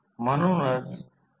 हे voltage V1 हे voltage V2आहे